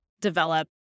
develop